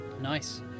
Nice